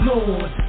Lord